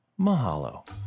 mahalo